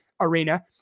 arena